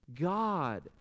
God